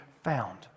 found